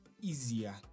easier